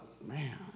man